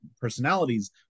personalities